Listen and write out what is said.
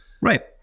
Right